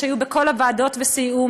שהיו בכל הוועדות וסייעו,